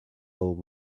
old